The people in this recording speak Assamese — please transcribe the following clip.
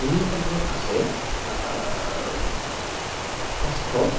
নিম্ন সদনৰ আছে পাঁচশ